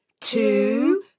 two